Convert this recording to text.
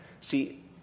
See